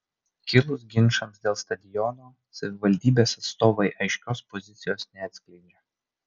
kilus ginčams dėl stadiono savivaldybės atstovai aiškios pozicijos neatskleidžia